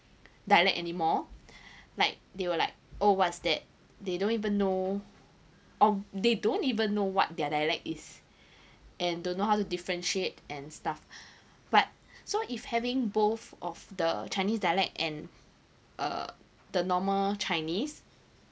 dialect anymore like they were like oh what's that they don't even know or they don't even know what their dialect is and don't know how to differentiate and stuff but so if having both of the chinese dialect and uh the normal chinese